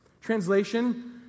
Translation